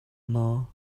maw